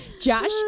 Josh